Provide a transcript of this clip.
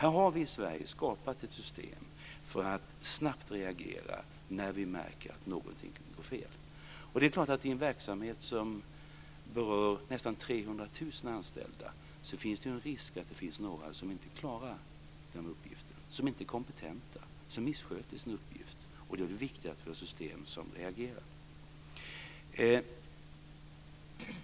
Vi har i Sverige skapat ett system för att snabbt kunna reagera när vi märker att någonting har gått fel. Det är klart att i en verksamhet som berör nästan 300 000 anställda finns det en risk för att det är några som inte klarar sin uppgift och som inte är kompetenta. Då är det viktigt att ha ett system som reagerar.